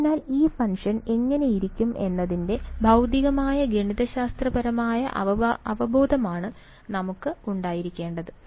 അതിനാൽ ഈ ഫംഗ്ഷൻ എങ്ങനെയിരിക്കും എന്നതിന്റെ ഭൌതികമായ ഗണിതശാസ്ത്രപരമായ അവബോധമാണ് നമുക്ക് ഉണ്ടായിരിക്കേണ്ടത്